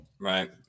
Right